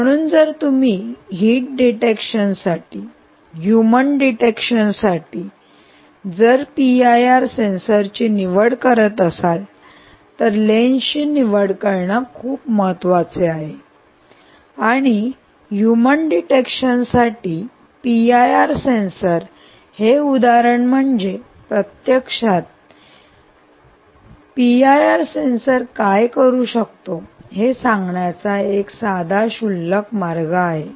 म्हणून जर तुम्ही हिट डिटेक्शन साठी ह्यूमन डिटेक्शन साठी जर पीआयआर सेन्सर ची निवड करत असाल तर लेन्स ची निवड हे खूप महत्वाचे आहे आणि ह्यूमन डिटेक्शनसाठी पीआयआर सेन्सर हे उदाहरण म्हणजे प्रत्यक्षात पीआयआर काय करू शकतो हे सांगण्याचा एक साधा क्षुल्लक मार्ग आहे